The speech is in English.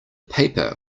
paper